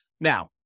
Now